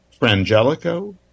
Frangelico